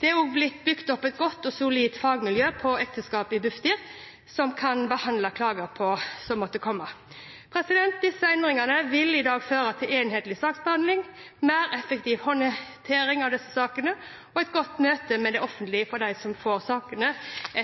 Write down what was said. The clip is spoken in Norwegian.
Det er også blitt bygd opp et godt og solid fagmiljø innen ekteskap i Bufdir, som kan behandle klager som måtte komme. Endringene i dag vil føre til enhetlig saksbehandling, mer effektiv håndtering av disse sakene og et godt møte med det offentlige for dem som får en sak